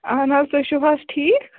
اَہن حظ تُہۍ چھو حظ ٹھیٖک